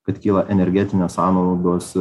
kad kyla energetinės sąnaudos